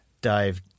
dive